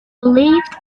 relieved